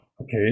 okay